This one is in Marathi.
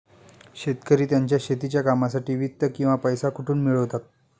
शेतकरी त्यांच्या शेतीच्या कामांसाठी वित्त किंवा पैसा कुठून मिळवतात?